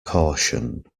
caution